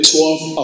Twelve